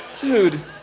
Dude